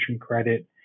credit